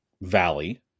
valley